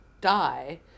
die